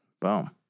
Boom